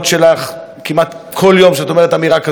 כמעט כל יום את אומרת אמירה כזאת או אחרת,